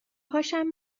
هاشم